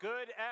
Good